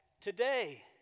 today